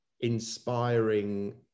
inspiring